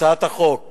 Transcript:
הצעת החוק